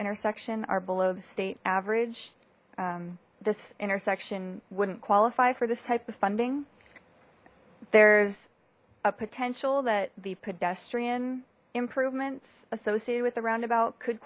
intersection are below the state average this intersection wouldn't qualify for this type of funding there's a potential that the pedestrian improvements associated with the roundabouts could